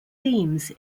themes